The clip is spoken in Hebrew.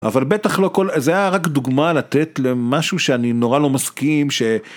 אבל בטח לא, זה היה רק דוגמה לתת למשהו שאני נורא לא מסכים ש...